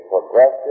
progressive